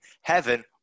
Heaven